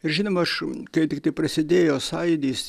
ir žinoma aš kai tiktai prasidėjo sąjūdis